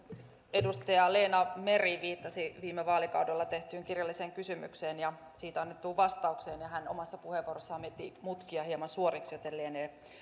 edustaja leena meri viittasi viime vaalikaudella tehtyyn kirjalliseen kysymykseen ja siitä annettuun vastaukseen ja hän omassa puheenvuorossaan veti mutkia hieman suoriksi joten lienee